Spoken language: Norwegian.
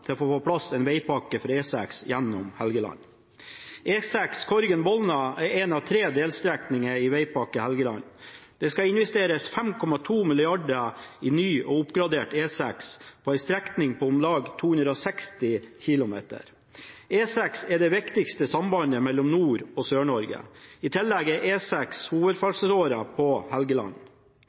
til å få på plass en vegpakke for E6 gjennom Helgeland. E6 Korgen–Bolna er en av tre delstrekninger i Vegpakke Helgeland. Det skal investeres 5,2 mrd. kr i ny og oppgradert E6 på en strekning på om lag 260 km. E6 er det viktigste sambandet mellom Nord-Norge og Sør-Norge. I tillegg er E6 hovedferselsåra gjennom Helgeland.